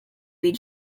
read